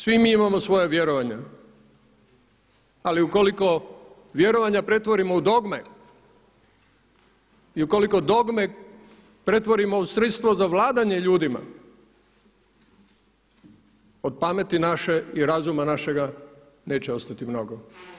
Svi mi imamo svoja vjerovanja, ali ukoliko vjerovanja pretvorimo u dogme i ukoliko dogme pretvorimo u sredstvo za vladanje ljudima, od pameti naše i razuma našega neće ostati mnogo.